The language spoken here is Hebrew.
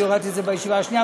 אני הורדתי את זה בישיבה השנייה,